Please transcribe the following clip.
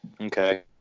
Okay